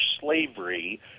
slavery